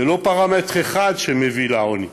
לא פרמטר אחד מביא לעוני.